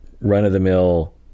run-of-the-mill